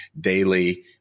daily